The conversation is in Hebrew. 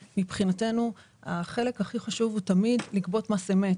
שמבחינתנו החלק הכי חשוב הוא תמיד לגבות מס אמת,